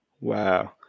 Wow